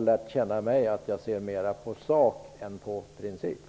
lärt känna mig och vet att jag mer ser till saken än till principen.